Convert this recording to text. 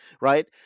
right